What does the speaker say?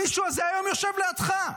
המישהו הזה היום יושב לידך.